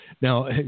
Now